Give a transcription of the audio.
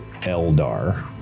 Eldar